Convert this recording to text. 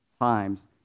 times